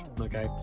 okay